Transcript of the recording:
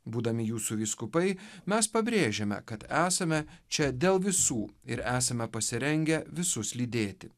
būdami jūsų vyskupai mes pabrėžiame kad esame čia dėl visų ir esame pasirengę visus lydėti